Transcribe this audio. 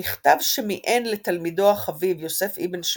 במכתב שמיען לתלמידו החביב יוסף אבן שמעון,